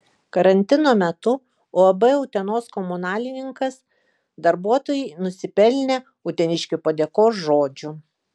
karantino metu uab utenos komunalininkas darbuotojai nusipelnė uteniškių padėkos žodžių